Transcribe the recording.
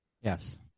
Yes